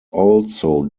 also